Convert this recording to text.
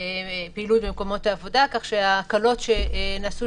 פעילות במקומות העבודה כך שההקלות שנעשו